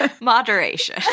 moderation